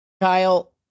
Kyle